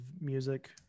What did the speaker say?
music